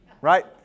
right